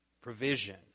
provision